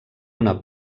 una